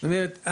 זאת אומרת,